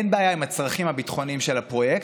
אין בעיה עם הצרכים הביטחוניים של הפרויקט,